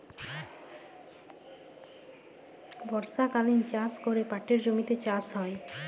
বর্ষকালীল চাষ ক্যরে পাটের জমিতে চাষ হ্যয়